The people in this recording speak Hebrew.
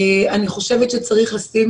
אני חושבת שצריך לשים